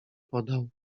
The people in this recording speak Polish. podał